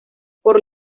por